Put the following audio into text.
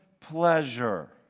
pleasure